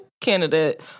candidate